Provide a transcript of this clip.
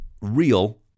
real